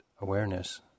awareness